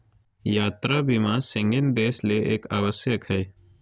यात्रा बीमा शेंगेन देश ले एक आवश्यक हइ